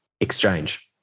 exchange